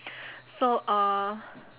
so uh